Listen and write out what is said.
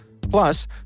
Plus